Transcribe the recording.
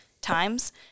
times